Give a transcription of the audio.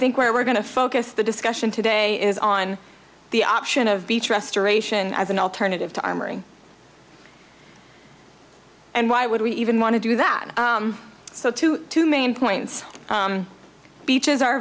think where we're going to focus the discussion today is on the option of beach restoration as an alternative to armory and why would we even want to do that so two main points beaches are